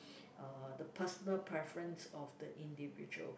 uh the personal preference of the individual